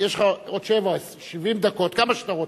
יש לך עוד שבע או 70 דקות, כמה שאתה רוצה.